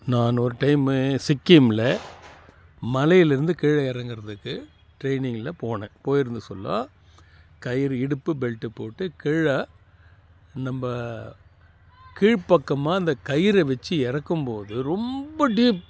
நான் ஒரு டைம்மு சிக்கிமில் மலையில் இருந்து கீழே இறங்குறதுக்கு ட்ரைனிங்கில் போனேன் போயிருந்த சொல்லோ கயிறு இடுப்பு பெல்ட்டு போட்டு கீழே நம்ம கீழ் பக்கமாக அந்த கயிறை வச்சி இறக்கும் போது ரொம்ப டீப்